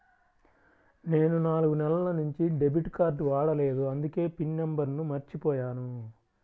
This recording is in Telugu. నేను నాలుగు నెలల నుంచి డెబిట్ కార్డ్ వాడలేదు అందుకే పిన్ నంబర్ను మర్చిపోయాను